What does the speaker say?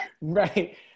Right